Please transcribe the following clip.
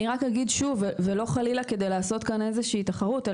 אני רק אגיד שוב ולא חלילה כדי לעשות כאן איזו שהיא תחרות,